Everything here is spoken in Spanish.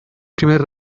primer